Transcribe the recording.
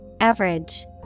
Average